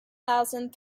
thousand